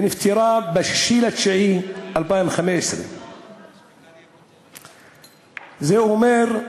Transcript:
ונפטרה ב-6 בספטמבר 2015. זה אומר,